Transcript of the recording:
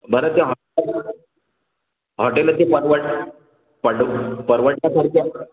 बरं ते हॉटेल हॉटेलं ते परवडण्या पड परवडण्यासारखे आहे का